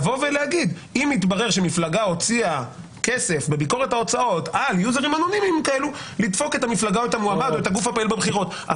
הם לא קשורים --- הגדרת "גוף פעיל בבחירות" זה בעייתי,